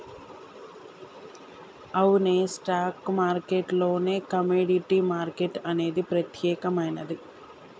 అవునే stock market లోనే commodity market అనేది ప్రత్యేకమైనది